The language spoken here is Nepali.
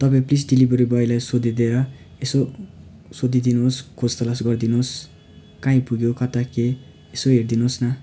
तपाईँ प्लिज डेलिभरी बोयलाई सोधिदिएर यसो सोधिदिनु होस् खोज तलास गरिदिनु होस् कहाँ आइपुग्यो कता के यसो हेरिदिनु होस् न